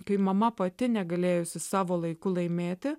kai mama pati negalėjusi savo laiku laimėti